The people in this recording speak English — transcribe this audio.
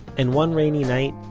and one rainy night,